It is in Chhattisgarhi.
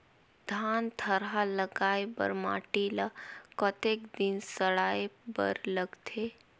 धान थरहा लगाय बर माटी ल कतेक दिन सड़ाय बर लगथे?